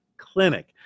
Clinic